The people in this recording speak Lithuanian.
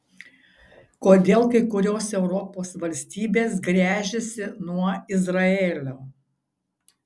kodėl kai kurios europos valstybės gręžiasi nuo izraelio